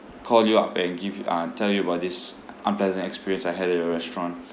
call you up and give you uh tell you about this unpleasant experience I had at your restaurant